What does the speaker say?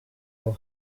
were